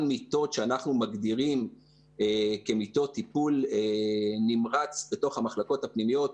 מיטות שאנחנו מגדירים כמיטות טיפול נמרץ בתוך המחלקות הפנימיות,